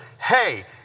hey